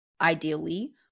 ideally